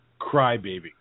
crybaby